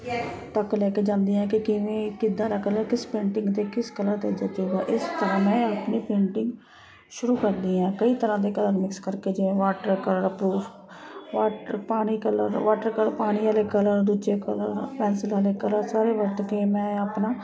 ਤੱਕ ਲੈ ਕੇ ਜਾਂਦੀ ਹਾਂ ਕਿ ਕਿਵੇਂ ਕਿੱਦਾਂ ਦਾ ਕਲਰ ਕਿਸ ਪੇਂਟਿੰਗ 'ਤੇ ਕਿਸ ਕਲਰ 'ਤੇ ਜਚੇਗਾ ਇਸ ਤਰ੍ਹਾਂ ਮੈਂ ਆਪਣੀ ਪੇਂਟਿੰਗ ਸ਼ੁਰੂ ਕਰਦੀ ਹਾਂ ਕਈ ਤਰ੍ਹਾਂ ਦੇ ਕਲਰ ਮਿਕਸ ਕਰਕੇ ਜਿਵੇਂ ਵਾਟਰ ਕਲਰ ਪਰ ਵਾਟਰ ਪਾਣੀ ਕਲਰ ਵਾਟਰ ਕਲਰ ਪਾਣੀ ਵਾਲੇ ਕਲਰ ਦੂਜੇ ਕਲਰ ਪੈਂਸਿਲ ਵਾਲੇ ਕਰਾਂ ਸਾਰੇ ਵਰਤ ਕੇ ਮੈਂ ਆਪਣਾ